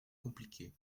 compliquée